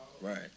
Right